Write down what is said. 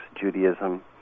Judaism